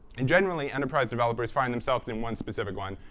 and generally enterprise developers find themselves in one specific one,